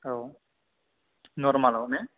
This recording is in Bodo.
औ नरमालाव ने